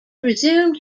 resumed